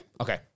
Okay